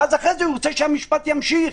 ואז אחרי זה רוצה שהמשפט ימשיך.